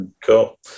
Cool